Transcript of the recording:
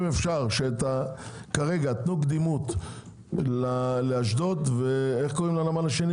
שכרגע תנו קדימות לאשדוד ולנמל השני